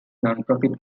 nonprofit